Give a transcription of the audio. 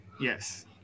Yes